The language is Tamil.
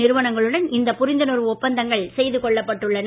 நிறுவனங்களுடன் இந்த புரிந்துணர்வு ஒப்பந்தங்கள் செய்து கொள்ளப்பட்டு உள்ளன